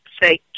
say